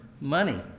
money